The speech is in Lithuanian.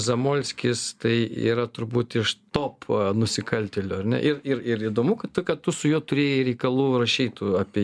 zamolskis tai yra turbūt iš top nusikaltėlių ar ne ir ir ir įdomu kad tu su juo turėjai reikalų rašei tu apie